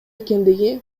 экендиги